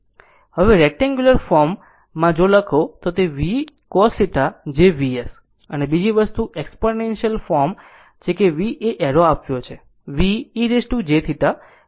હવે rectangular form માં જો લખો તો તે v cos θ j Vs અને બીજું વસ્તુ એક્ષ્પોનેન્શિયલ ફોર્મ exponential form છે કે V એ એરો આપ્યો છે V e jθ